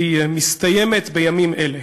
והיא מסתיימת בימים אלה.